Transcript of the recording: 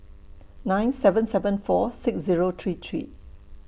nine seven seven four six Zero three three